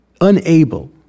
unable